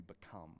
become